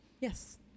Yes